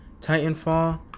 Titanfall